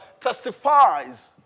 testifies